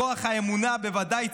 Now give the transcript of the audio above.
כוח האמונה בוודאי.